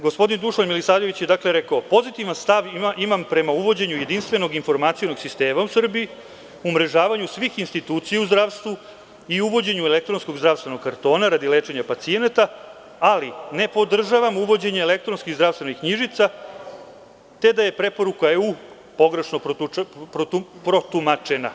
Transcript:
Gospodin Dušan Milisavljević je rekao: „Pozitivan stav imam prema uvođenju jedinstvenog invformacinog sistema u Srbiji, umrežavanju svih institucija u zdravstvu i uvođenju elektronskog zdravstvenog kartona radi lečenja pacijenata, ali ne podržavam uvođenje elektronskih zdravstvenih knjižica, te da je preporuka EU pogrešno protumačena“